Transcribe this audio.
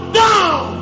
down